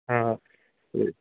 ਹਾਂ ਅਤੇ